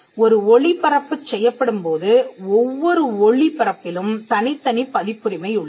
ஒரு ஒளிபரப்பு செய்யப்படும் போது ஒவ்வொரு ஒளிபரப்பிலும் தனித்தனி பதிப்புரிமையுள்ளது